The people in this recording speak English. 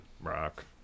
Rock